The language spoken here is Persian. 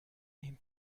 این